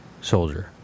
soldier